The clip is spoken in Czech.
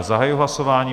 Já zahajuji hlasování.